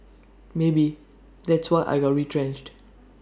maybe that's why I got retrenched